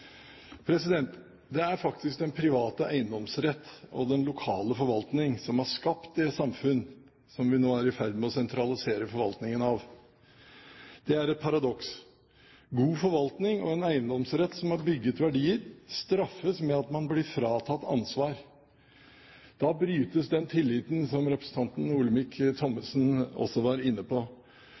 Det er faktisk den private eiendomsrett og den lokale forvaltning som har skapt det samfunn som vi nå er i ferd med å sentralisere forvaltningen av. Det er et paradoks: God forvaltning og en eiendomsrett som har bygget verdier, straffes med at man blir fratatt ansvar. Da brytes den tilliten som også representanten Olemic Thommessen var inne på.